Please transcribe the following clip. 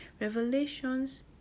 revelations